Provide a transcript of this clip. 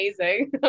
amazing